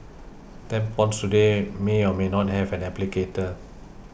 tampons today may or may not have an applicator